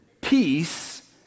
peace